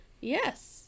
Yes